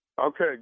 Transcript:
Okay